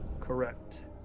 correct